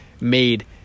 made